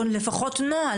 או לפחות נוהל,